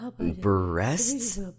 Breasts